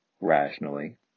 rationally